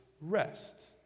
rest